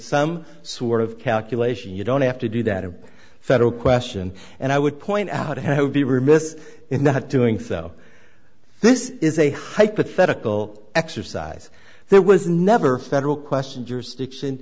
some sort of calculation you don't have to do that a federal question and i would point out and i would be remiss in not doing so this is a hypothetical exercise there was never federal question jurisdiction